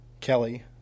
Kelly